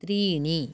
त्रीणि